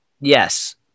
Yes